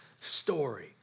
story